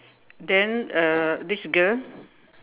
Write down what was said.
then uh this girl